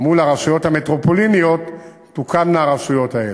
מול הרשויות המטרופוליניות, תוקמנה הרשויות האלה,